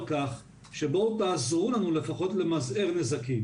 כך שבואו תעזרו לנו לפחות למזער נזקים,